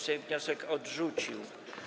Sejm wniosek odrzucił.